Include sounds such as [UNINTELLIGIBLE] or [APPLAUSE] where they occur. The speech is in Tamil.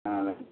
ஆ [UNINTELLIGIBLE]